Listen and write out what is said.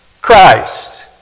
Christ